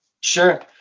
Sure